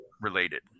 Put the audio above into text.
related